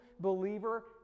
believer